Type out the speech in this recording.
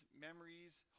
memories